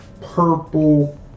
purple